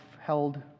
held